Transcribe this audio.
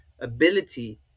ability